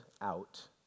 out